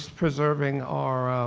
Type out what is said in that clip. preserving our